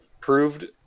proved